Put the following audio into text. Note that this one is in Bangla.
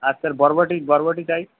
আর স্যার বরবটি বরবটি চাই